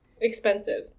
expensive